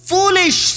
Foolish